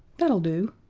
that'll do.